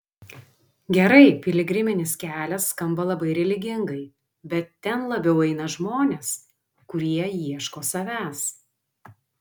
gerai piligriminis kelias skamba labai religingai bet ten labiau eina žmonės kurie ieško savęs